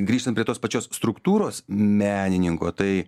grįžtant prie tos pačios struktūros menininko tai